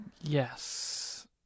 Yes